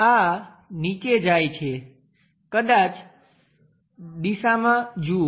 આ નીચે જાય છે કદાચ દિશામાં જુઓ